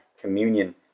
communion